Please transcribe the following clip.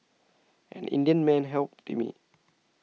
an Indian man helped me